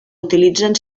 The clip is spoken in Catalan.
utilitzen